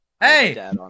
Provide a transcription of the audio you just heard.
Hey